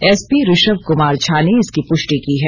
SP Rishabh Kumar Jha ने इसकी पुष्टि की है